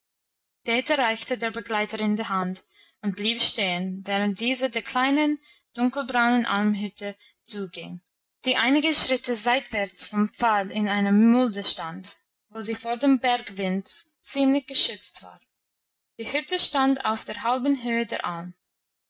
reichte der begleiterin die hand und blieb stehen während diese der kleinen dunkelbraunen almhütte zuging die einige schritte seitwärts vom pfad in einer mulde stand wo sie vor dem bergwind ziemlich geschützt war die hütte stand auf der halben höhe der alm